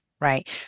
right